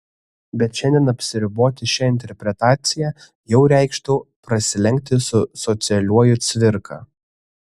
bet šiandien apsiriboti šia interpretacija jau reikštų prasilenkti su socialiuoju cvirka